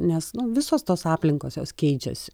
nes nu visos tos aplinkos jos keičiasi